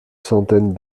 centaine